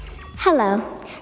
Hello